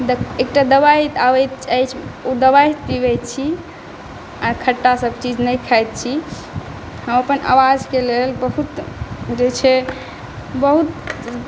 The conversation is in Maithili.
देख एकटा दवाइ आबैत अछि ओ दवाइ पिबैत छी आ खट्टासब चीज नहि खाइत छी हम अपन अवाजके लेल बहुत जे छै बहुत